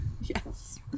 Yes